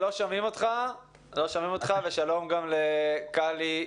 שלום גם לקלי,